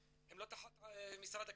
אבל הם לא תחת משרד הקליטה.